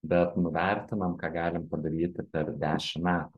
bet nuvertinam ką galim padaryti per dešim metų